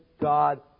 God